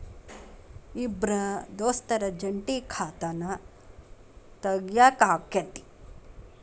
ಇಬ್ರ ದೋಸ್ತರ ಜಂಟಿ ಖಾತಾನ ತಗಿಯಾಕ್ ಆಕ್ಕೆತಿ?